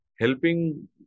helping